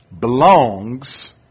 belongs